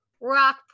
Rock